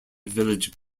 village